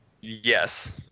Yes